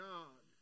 God